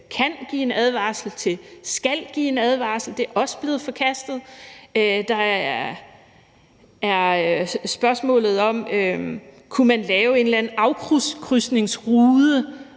»kan« give en advarsel, til, at de »skal« give en advarsel. Det er også blevet forkastet. Der er spørgsmålet om, om man kunne lave en eller anden afkrydsningsrude,